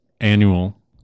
annual